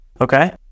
Okay